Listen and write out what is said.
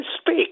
speak